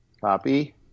copy